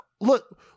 Look